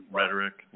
rhetoric